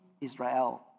Israel